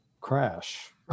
crash